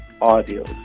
audio